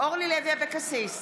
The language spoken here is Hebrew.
אורלי לוי אבקסיס,